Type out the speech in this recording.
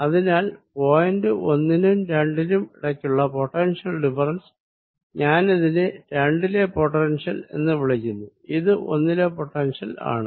അതിനാൽ പോയിന്റ് ഒന്നിനും രണ്ടിനും ഇടയ്ക്കുള്ള പൊട്ടൻഷ്യൽ ഡിഫറെൻസ് ഞാനിതിനെ രണ്ടിലെ പൊട്ടൻഷ്യൽ എന്ന് വിളിക്കുന്നു ഇത് ഒന്നിലെ പൊട്ടൻഷ്യൽ ആണ്